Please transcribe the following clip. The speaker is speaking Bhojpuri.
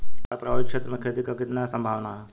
बाढ़ प्रभावित क्षेत्र में खेती क कितना सम्भावना हैं?